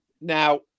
now